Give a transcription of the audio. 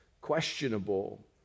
questionable